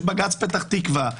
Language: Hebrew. יש בג”ץ פתח תקווה.